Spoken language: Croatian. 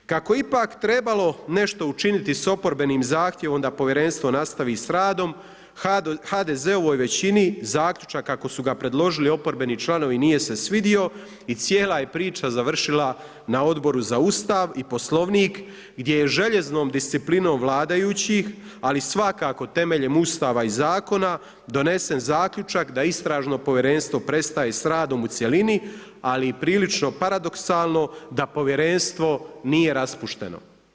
Kako je ipak trebalo nešto učiniti s oporbenim zahtjevom da povjerenstvo nastavi s radom, HDZ-ovom većini, zaključak kako su ga predložili oporbeni članovi nije se svidio i cijela je priča završila na Odboru za Ustav, Poslovnik gdje je željeznom disciplinom vladajućih, ali svakako temeljem Ustava i zakona, donesen zaključak da Istražno povjerenstvo prestaje s radom u cjelini, ali prilično paradoksalno, da povjerenstvo nije raspušteno.